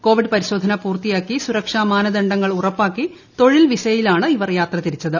Covid പരിശോധന പൂർത്തിയാക്കി സുരക്ഷ മാനദണ്ഡങ്ങൾ ഉറപ്പാക്കി തൊഴിൽ വിസയിലാണ് ഇവർ യാത്ര തിരിച്ചത്